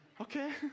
okay